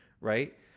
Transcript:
right